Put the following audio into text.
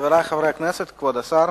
חברי חברי הכנסת, כבוד השר,